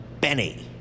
Benny